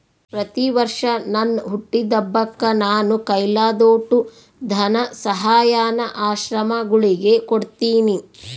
ಪ್ರತಿವರ್ಷ ನನ್ ಹುಟ್ಟಿದಬ್ಬಕ್ಕ ನಾನು ಕೈಲಾದೋಟು ಧನಸಹಾಯಾನ ಆಶ್ರಮಗುಳಿಗೆ ಕೊಡ್ತೀನಿ